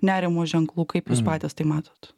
nerimo ženklų kaip jūs patys tai matot